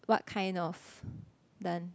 what kind of done